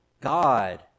God